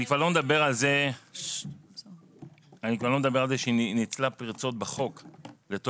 אני כבר לא מדבר על זה שהיא ניצלה פרצות בחוק לטובתה,